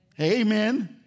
Amen